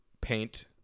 paint